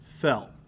fell